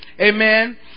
Amen